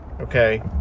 okay